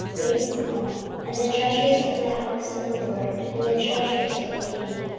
great and small, and the treasures of the house of the lord, and the treasures of the king,